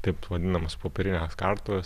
taip vadinamas popierines kartuves